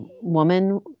woman